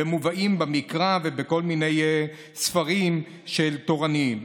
ומובאים במקרא ובכל מיני ספרים תורניים.